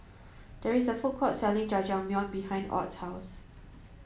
there is a food court selling Jajangmyeon behind Ott's house